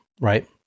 right